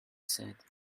said